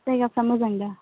जायगाफ्रा मोजां दा